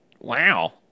wow